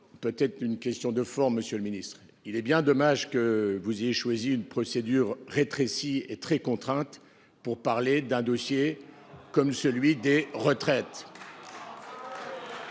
évoquer une question de forme, monsieur le ministre. Il est bien dommage que vous ayez choisi une procédure rétrécie et très contrainte pour évoquer un dossier comme celui des retraites.